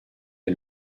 est